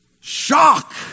Shock